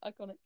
Iconic